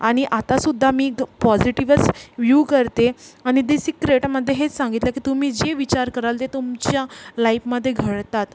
आणि आतासुद्धा मी तो पोजिटीवच व्यू करते आणि दी सिक्रेटमध्ये हेच सांगितलंय की तुम्ही जे विचार कराल ते तुमच्या लाईपमध्ये घडतात